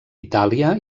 itàlia